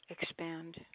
Expand